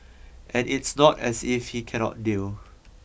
and it's not as if he cannot deal